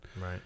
right